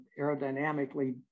aerodynamically